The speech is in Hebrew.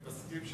אני רוצה להציע,